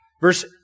Verse